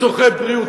לצורכי בריאות,